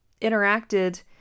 interacted